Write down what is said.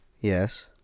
Yes